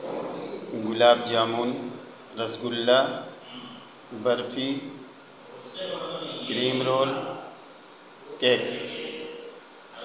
gulab jamun rasgulla barfi cream roll cake